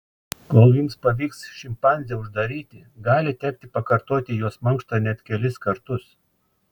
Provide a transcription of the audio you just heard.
kol jums pavyks šimpanzę uždaryti gali tekti pakartoti jos mankštą net kelis kartus